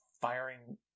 firing